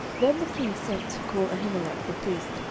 then the king sent to call ahimelech the priest,